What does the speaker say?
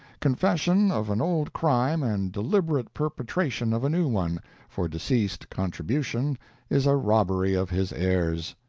confession of an old crime and deliberate perpetration of a new one for deceased's contribution is a robbery of his heirs.